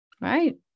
Right